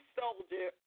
soldier